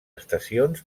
estacions